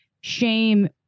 shame